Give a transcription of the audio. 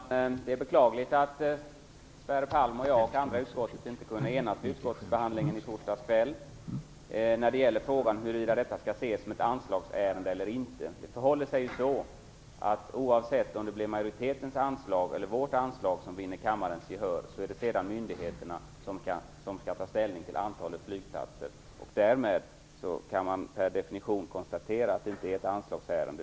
Herr talman! Det är beklagligt att Sverre Palm och jag och andra i utskottet inte kunde enas vid utskottsbehandlingen i torsdags kväll när det gäller frågan om huruvida detta skall ses som ett anslagsärende eller inte. Oavsett om det blir majoritetens anslag eller vårt anslag som vinner kammarens gehör är det sedan myndigheterna som skall ta ställning till antalet flygplatser. Därmed kan man per definition konstatera att det inte är ett anslagsärende.